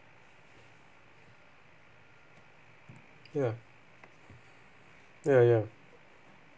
ya ya ya